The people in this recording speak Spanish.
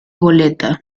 goleta